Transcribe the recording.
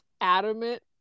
adamant